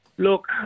Look